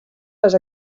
les